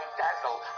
dazzle